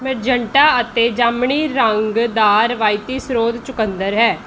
magenta ਅਤੇ ਜਾਮਣੀ ਰੰਗ ਦਾ ਰਵਾਇਤੀ ਸ੍ਰੋਤ ਚੁਕੰਦਰ ਹੈ